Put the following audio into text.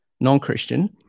non-Christian